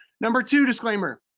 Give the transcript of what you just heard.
number two disclaimer,